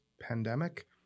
pandemic